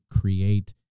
create